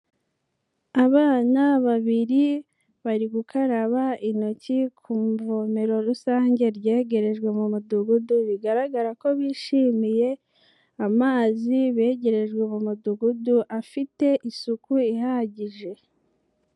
Abana babiri bari gukaraba intoki ku ivomero rusange ryegerejwe mu mudugudu bigaragara ko bishimiye amazi begerejwe mu mudugudu afite isuku ihagije.